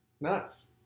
Nuts